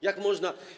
Jak można?